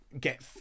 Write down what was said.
get